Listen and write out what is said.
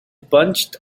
bunched